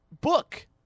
book